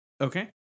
Okay